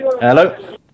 hello